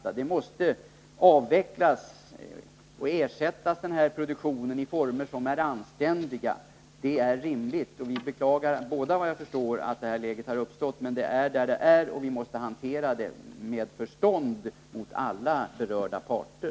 Produktionen måste avvecklas och ersättas under anständiga former. Det är rimligt. Vi beklagar båda två att det här läget har uppstått. Men nu är det som det är, och vi måste hantera situationen med förstånd gentemot alla berörda parter.